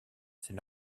c’est